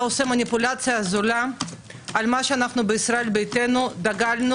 עושה מניפולציה זולה על מה שאנחנו בישראל ביתנו דגלנו